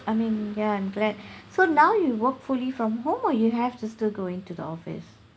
I mean ya I'm glad so now you work fully from home or you have to still going to the office